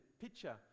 picture